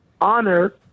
honor